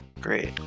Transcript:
Great